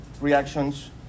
reactions